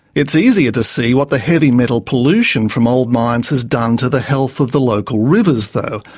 it's easier to see what the heavy metal pollution from old mines has done to the health of the local rivers though,